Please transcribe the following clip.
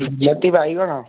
ବିଲାତି ବାଇଗଣ